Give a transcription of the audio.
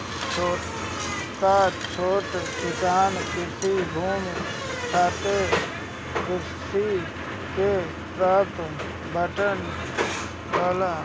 का छोट किसान कृषि भूमि खरीदे खातिर ऋण के पात्र बाडन?